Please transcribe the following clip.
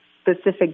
specific